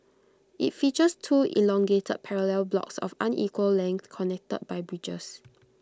IT features two elongated parallel blocks of unequal length connected by bridges